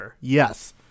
yes